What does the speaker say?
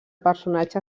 personatge